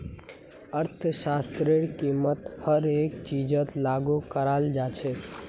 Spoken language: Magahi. अर्थशास्त्रतेर कीमत हर एक चीजत लागू कराल जा छेक